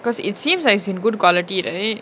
cause it seems like it's in good quality right